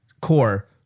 core